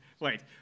Wait